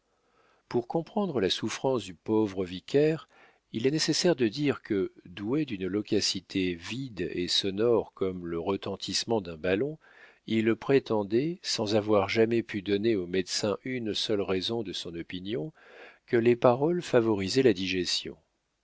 pour comprendre la souffrance du pauvre vicaire il est nécessaire de dire que doué d'une loquacité vide et sonore comme le retentissement d'un ballon il prétendait sans avoir jamais pu donner aux médecins une seule raison de son opinion que les paroles favorisaient la digestion